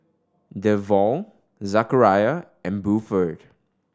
Devaughn Zachariah and Buford